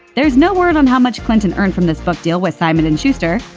there's no word on how much clinton earned from this book deal with simon and schuster,